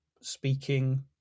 speaking